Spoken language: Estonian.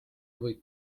või